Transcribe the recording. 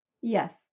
Yes